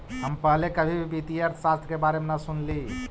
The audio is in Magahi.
हम पहले कभी भी वित्तीय अर्थशास्त्र के बारे में न सुनली